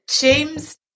James